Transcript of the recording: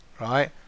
right